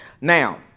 Now